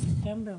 בספטמבר?